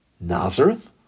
Nazareth